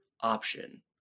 option